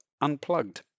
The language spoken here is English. unplugged